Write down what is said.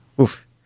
Oof